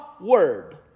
word